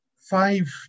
five